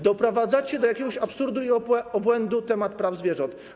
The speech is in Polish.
Doprowadzacie do jakiegoś absurdu i obłędu temat praw zwierząt.